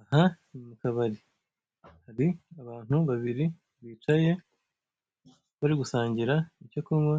Aha ni mu kabari hari abantu babiri bicaye, bari gusangira icyo kunywa